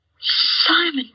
Simon